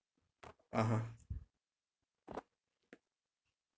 (uh huh)